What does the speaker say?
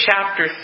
chapter